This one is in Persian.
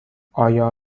آیا